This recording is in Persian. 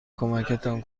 کمکتان